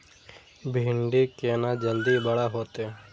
भिंडी केना जल्दी बड़ा होते?